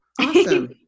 Awesome